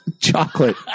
chocolate